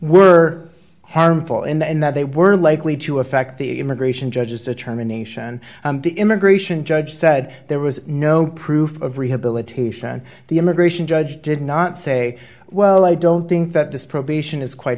were harmful and that they were likely to affect the immigration judges determination the immigration judge said there was no proof of rehabilitation the immigration judge did not say well i don't think that this probation is quite